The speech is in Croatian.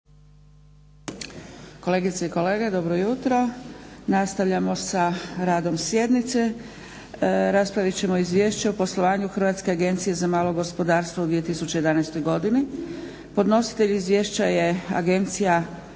Kolegice i kolege, dobro jutro. Nastavljamo sa radom sjednice. Raspravit ćemo - Izvješće o poslovanju Hrvatske agencije za malo gospodarstvo u 2011. godini Podnositelj izvješća je Hrvatska